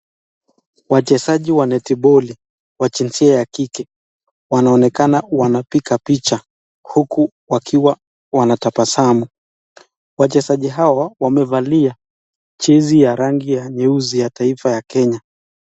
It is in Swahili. Wachezaji wa netiboli wa jinsia ya kike wanaonekana wanapiga picha huku wakiwa wanatabasamu. Wachezaji hao wamevalia chezi ya rangi ya nyeusi ya taifa ya Kenya.